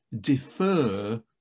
defer